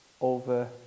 over